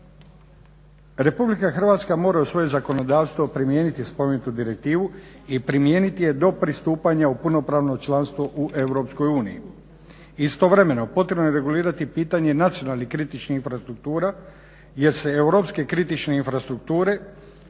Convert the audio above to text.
Republika Hrvatska mora u svoje zakonodavstvo primijeniti spomenutu direktivu i primijeniti je do pristupanja u punopravno članstvo u Europskoj Uniji. Istovremeno potrebno je regulirati pitanje nacionalnih kritičnih infrastruktura jer se europske kritične infrastrukture